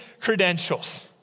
credentials